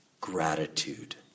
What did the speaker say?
Gratitude